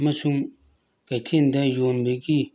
ꯑꯃꯁꯨꯡ ꯀꯩꯊꯜꯗ ꯌꯣꯟꯕꯒꯤ